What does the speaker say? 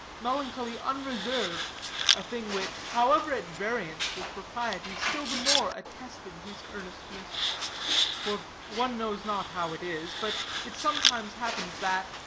melancholy unreserved a thing which, however at variance with propriety, still the more attested his earnestness for one knows not how it is, but it sometimes happens that,